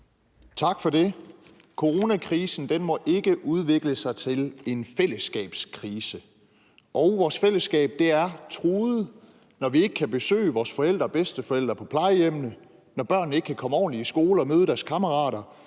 Tak for det. Coronakrisen må ikke udvikle sig til en fællesskabskrise. Vores fællesskab er truet, når vi ikke kan besøge vores forældre og bedsteforældre på plejehjemmene, når børnene ikke kan komme ordentlig i skole og møde deres kammerater,